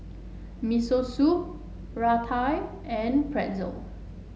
Miso Soup Raita and Pretzel